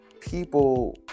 people